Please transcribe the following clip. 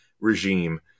regime